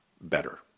better